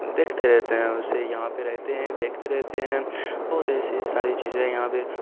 دیکھتے رہتے ہیں اسے یہاں پہ رہتے ہیں دیکھتے رہتے ہیں بہت ایسی ایسی ساری چیجیں یہاں پہ